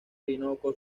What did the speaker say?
orinoco